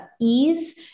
ease